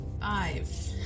Five